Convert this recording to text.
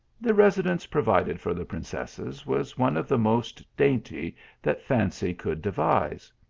the residence provided for the princesses, was one of the most dainty that fancy could devise.